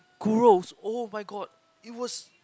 gross oh my god it was